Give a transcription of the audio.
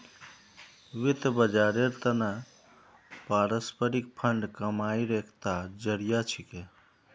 वित्त बाजारेर त न पारस्परिक फंड कमाईर एकता जरिया छिके